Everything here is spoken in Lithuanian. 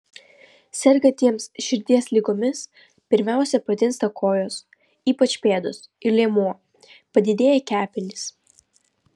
sergantiems širdies ligomis pirmiausia patinsta kojos ypač pėdos ir liemuo padidėja kepenys